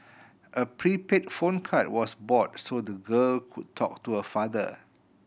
a prepaid phone card was bought so the girl could talk to her father